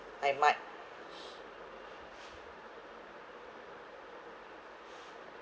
I might